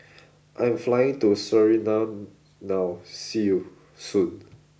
I am flying to Suriname now see you soon